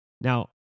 Now